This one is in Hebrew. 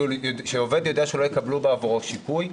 והוא יודע שלא יקבלו עבורו שיפוי,